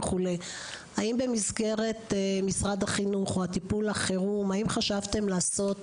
האם במסגרת משרד החינוך או טיפול החירום האם חשבתם לעשות